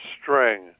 string